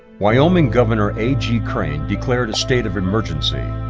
wyoming governor a g. crane declared a state of emergency.